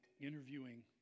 interviewing